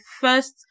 first